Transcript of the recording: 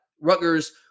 Rutgers